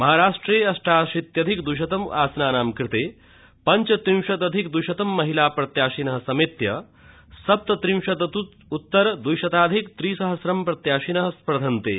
महाराष्ट्रे अष्टाशीत्यधिक द्वि शतम् आसनानां कृते पञ्च शताधिक द्वि शतं महिला प्रत्याशिनः समेत्य सप्त त्रिंशदत्तर द्विशताधिक त्रि सहसं प्रत्याशिनः स्पर्धन्ते